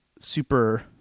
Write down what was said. super